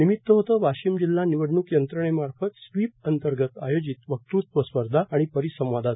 निमित होते वाशीम जिल्हा निवडणूक यंत्रणेमार्फत स्वीप अंतर्गत आयोजित वक्तृत्व स्पर्धा आणि परिसंवादाचे